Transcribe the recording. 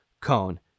cone